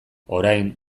orain